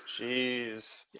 jeez